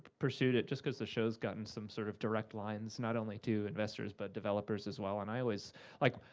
pursued it, just because the show's gotten some sort of direct lines not only to investors, but developers, as well. and i always like,